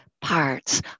parts